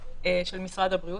הכוונה של משרד הבריאות